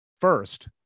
first